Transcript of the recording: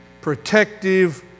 protective